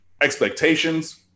expectations